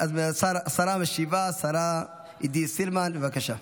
השרה המשיבה, השרה עידית סילמן, בבקשה.